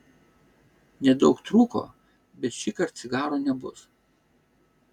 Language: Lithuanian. nedaug trūko bet šįkart cigaro nebus